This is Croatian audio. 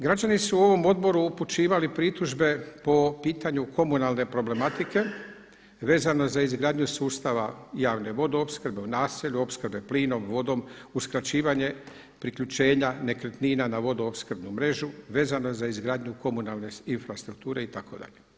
Građani su ovom odboru upućivali pritužbe po pitanju komunalne problematike vezano za izgradnju sustava javne vodoopskrbe u naselju, opskrbe plinom, vodom, uskraćivanje priključenja nekretnina na vodoopskrbnu mrežu vezano za izgradnju komunalne infrastrukture itd.